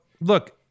look